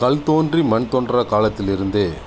கல் தோன்றி மண் தோன்றா காலத்திலேருந்தே